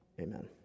Amen